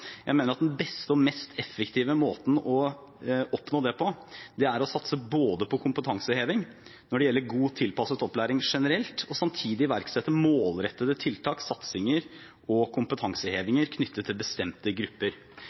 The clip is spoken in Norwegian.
Jeg mener at den beste og mest effektive måten å oppnå det på, er å satse både på kompetanseheving når det gjelder god tilpasset opplæring generelt, og samtidig iverksette målrettede tiltak – satsinger og kompetansehevinger knyttet til bestemte grupper.